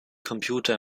computer